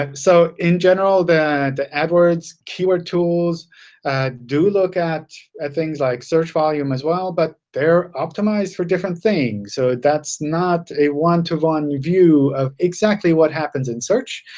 like so in general, the the adwords keyword tools do look at at things like search volume as well, but they are optimized for different things. so that's not a one-to-one view of exactly what happens in search.